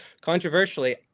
controversially